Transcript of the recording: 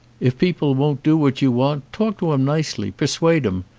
if people won't do what you want talk to em nicely, persuade em.